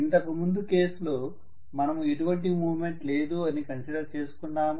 ఇంతకు ముందు కేస్ లో మనము ఎటువంటి మూమెంట్ లేదు అని కన్సిడర్ చేసుకున్నాము